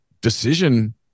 decision